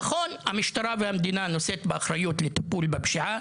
נכון שהמדינה נושאת באחריות לטיפול בפשיעה